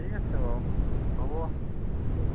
ঠিক আছে বাৰু হ'ব দিয়ক